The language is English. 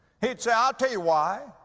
he'd say, i'll tell you why.